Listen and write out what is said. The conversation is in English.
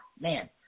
man